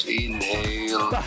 inhale